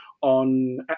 on